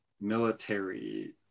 military